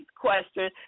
Question